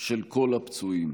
של כל הפצועים.